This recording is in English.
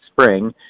spring